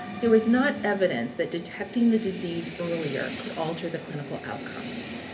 there was not evidence that detecting the disease earlier could alter the clinical outcomes.